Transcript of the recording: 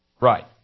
Right